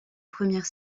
première